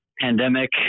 pandemic